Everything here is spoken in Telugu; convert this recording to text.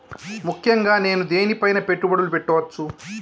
ముఖ్యంగా నేను దేని పైనా పెట్టుబడులు పెట్టవచ్చు?